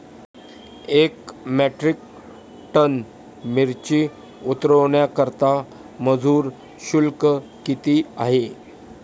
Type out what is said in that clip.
एक metric ton मिरची उतरवण्याकरता मजुर शुल्क किती आहे?